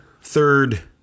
third